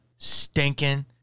stinking